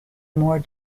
more